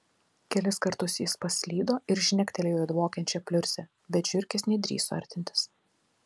kelis kartus jis paslydo ir žnektelėjo į dvokiančią pliurzę bet žiurkės nedrįso artintis